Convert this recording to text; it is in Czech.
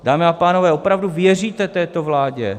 Dámy a pánové, opravdu věříte této vládě?